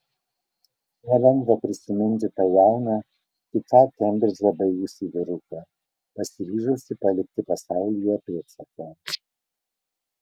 nelengva prisiminti tą jauną tik ką kembridžą baigusį vyruką pasiryžusį palikti pasaulyje pėdsaką